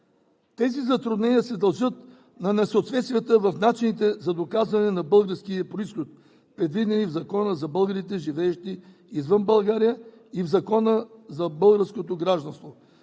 Тези затруднения се дължат на несъответствията в начините за доказване на български произход, предвидени в Закона за българите, живеещи извън България, и в Закона за българското гражданство.